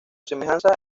semejanza